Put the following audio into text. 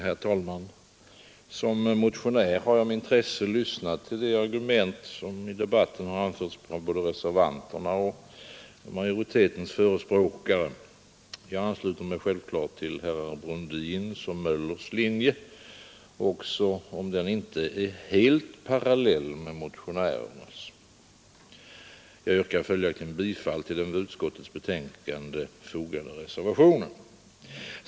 Herr talman! Som motionär har jag med intresse lyssnat till de argument som i debatten har anförts av både reservanterna och majoritetens förespråkare. Självklart ansluter jag mig till herrar Brundins och Möllers i Göteborg linje, också om den inte är helt parallell med motionärernas. Jag yrkar följaktligen bifall till den vid finansutskottets betänkande fogade reservationen.